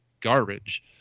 garbage